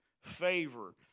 favor